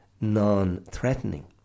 non-threatening